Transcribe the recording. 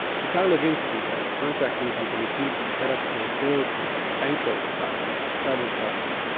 kikar levinsky', the contracting company pilz had set up to build and bankroll the project, started faltering.